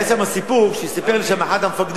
היה שם איזה סיפור שסיפר לי שם אחד המפקדים,